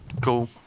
Cool